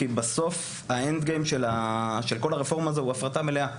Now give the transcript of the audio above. כי בסוף ה- end game של כל הרפורמה הזו הוא הפרטה מלאה,